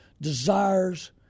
desires